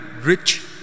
rich